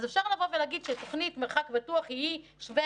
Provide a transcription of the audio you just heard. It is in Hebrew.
אז אפשר לבוא ולהגיד שתוכנית מרחק בטוח היא שווה